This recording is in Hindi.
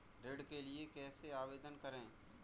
ऋण के लिए कैसे आवेदन करें?